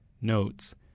notes